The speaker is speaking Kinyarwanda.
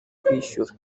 kwishyura